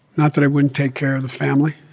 not that i wouldn't take care of the family,